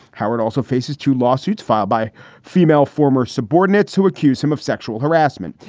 howard also faces two lawsuits filed by female former subordinates who accuse him of sexual harassment.